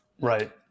Right